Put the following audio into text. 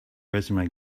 resume